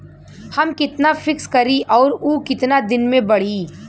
हम कितना फिक्स करी और ऊ कितना दिन में बड़ी?